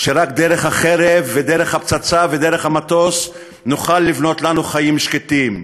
שרק דרך החרב ודרך הפצצה ודרך המטוס נוכל לבנות לנו חיים שקטים.